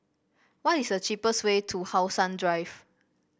what is the cheapest way to How Sun Drive